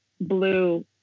blue